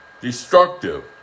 destructive